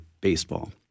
Baseball